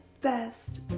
best